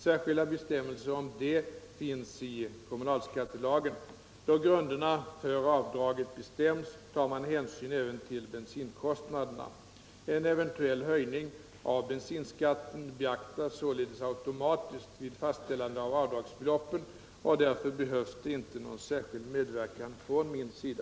Särskilda bestämmelser om det finns i kommunalskattelagen. Då grunderna för avdraget bestäms tar man hänsyn även till bensinkostnaderna. En eventuell höjning av bensinskatten beaktas således automatiskt vid fastställandet av avdragsbeloppen och därför behövs det inte någon särskild medverkan från min sida.